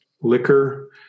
liquor